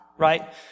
Right